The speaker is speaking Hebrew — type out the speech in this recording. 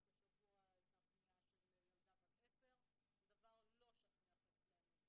רק השבוע הייתה פנייה של ילדה בת 10. זה דבר לא שכיח אצלנו.